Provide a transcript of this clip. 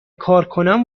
کارکنان